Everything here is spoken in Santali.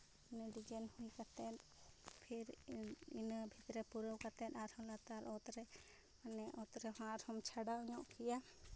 ᱚᱱᱟ ᱰᱤᱡᱟᱭᱤᱱ ᱦᱩᱭ ᱠᱟᱛᱮᱫ ᱯᱷᱤᱨ ᱤᱱ ᱤᱱᱟᱹ ᱵᱷᱤᱛᱤᱨ ᱨᱮ ᱯᱩᱨᱟᱹᱣ ᱠᱨᱟᱛᱮᱫ ᱟᱨᱦᱚᱸ ᱞᱟᱛᱟᱨ ᱚᱛᱨᱮ ᱢᱟᱱᱮ ᱚᱛ ᱨᱮᱦᱚᱸ ᱟᱨᱦᱚᱢ ᱪᱷᱟᱰᱟᱣ ᱧᱚᱜ ᱠᱮᱭᱟ